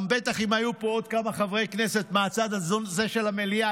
בטח אם היו פה עוד כמה חברי כנסת מהצד הזה של המליאה,